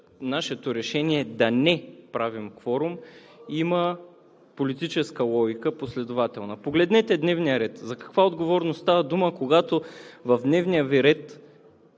нашето решение да не правим кворум има политическа логика, последователна. Погледнете дневния ред. За каква отговорност става дума, когато в дневния Ви ред